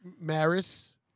Maris